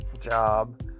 job